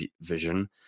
vision